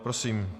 Prosím.